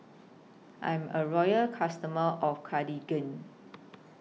I'm A Loyal customer of Cartigain